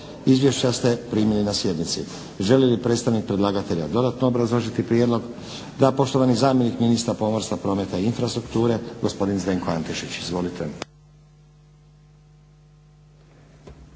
Izvješća ste primili na sjednici. Želi li predstavnik predlagatelja dodatno obrazložiti prijedlog? Da. Poštovani zamjenik ministra pomorstva, prometa i infrastrukture gospodin Zdenko Antešić.